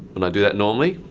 when i do that normally,